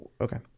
Okay